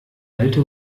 alte